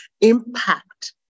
impact